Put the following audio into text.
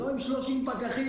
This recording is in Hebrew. לא עם 30 פקחים